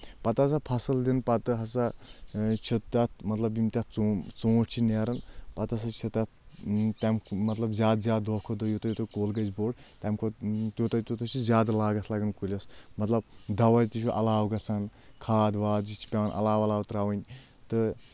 پتہٕ ہسا فصل دِنہٕ پتہٕ ہسا چھِ تتھ مطلب یِم تتھ ژوٗ ژوٗنٛٹھۍ چھِ نیران پتہٕ ہسا چھِ تتھ تَمہِ مطلب زیادٕ زیادٕ دۄہ کھۄتہٕ دۄہ یوٗتاہ یوٗتاہ کُل گژھِ بوٚڈ تَمہِ کھۄتہٕ توٗتاہ توٗتاہ چھِ زیادٕ لاگتھ لگان کُلِس مطلب دوہ تہِ چھُ علاوٕ گژھان کھاد واد یہِ چھُ پیٚوان علاوٕ علاوٕ ترٛاوٕنۍ تہٕ